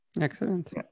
Excellent